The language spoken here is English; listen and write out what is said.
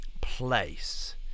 place